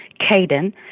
Caden